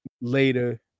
later